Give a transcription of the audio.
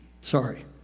Sorry